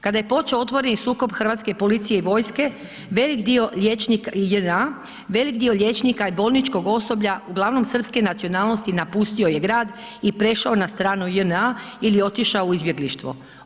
Kada je počeo otvoreni sukob hrvatske policije i vojske velik dio liječnika, JNA, velik dio liječnika i bolničkog osoblja uglavnom srpske nacionalnosti napustio je grad i prešao na stranu JNA ili otišao u izbjeglištvo.